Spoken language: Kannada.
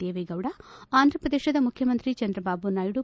ದೇವೇಗೌಡ ಅಂಧ್ಯಪ್ರದೇಶದ ಮುಖ್ಯಮಂತ್ರಿ ಚಂದ್ರಬಾಬು ನಾಯ್ಡು